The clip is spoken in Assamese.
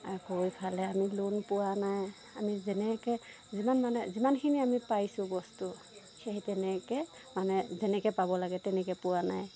আকৌ এইফালে আমি লোন পোৱা নাই আমি যেনেকে যিমান মানে যিমানখিনি আমি পাইছোঁ বস্তু সেই তেনেকে মানে যেনেকে পাব লাগে তেনেকে পোৱা নাই